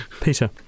peter